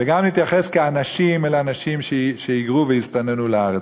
וגם נתייחס כאנשים אל אנשים שהיגרו והסתננו לארץ.